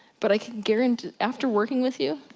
but i can guarantee, after working with you,